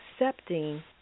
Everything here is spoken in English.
accepting